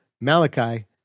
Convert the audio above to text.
Malachi